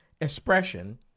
expression